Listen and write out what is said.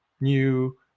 new